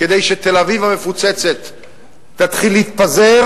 כדי שתל-אביב המפוצצת תתחיל להתפזר,